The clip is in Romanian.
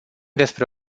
despre